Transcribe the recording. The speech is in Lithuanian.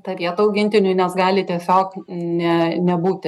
tą vietą augintiniui nes gali tiesiog ne nebūti